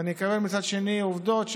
ואני מקבל מצד שני עובדות,